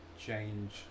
change